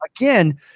again